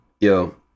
Yo